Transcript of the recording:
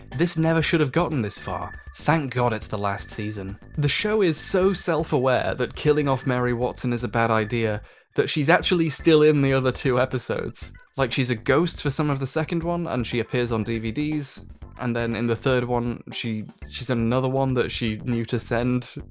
this never should have gotten this far. thank god, it's the last season. the show is so self-aware that killing off mary watson is a bad idea that she's actually still in the other two episodes like she's a ghost for some of the second one and she appears on dvds and then in the third one she she's in another one that she knew to send?